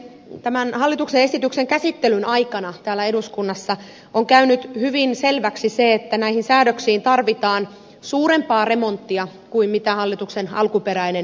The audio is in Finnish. tämän hallituksen esityksen käsittelyn aikana täällä eduskunnassa on käynyt hyvin selväksi se että näihin säädöksiin tarvitaan suurempaa remonttia kuin hallituksen alkuperäinen esitys kaavaili